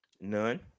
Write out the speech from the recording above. None